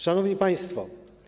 Szanowni Państwo!